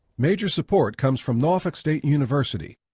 major support comes from norfolk state university.